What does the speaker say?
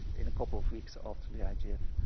in a couple of weeks after the i mean igf.